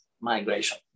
migration